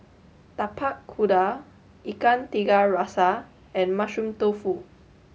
Tapak Kuda Ikan Tiga Rasa and Mushroom Tofu